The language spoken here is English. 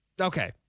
Okay